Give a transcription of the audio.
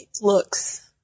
looks